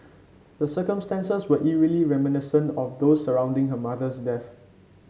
the circumstances were eerily reminiscent of those surrounding her mother's death